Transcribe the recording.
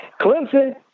Clemson